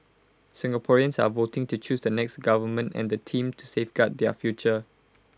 Singaporeans are voting to choose the next government and the team to safeguard their future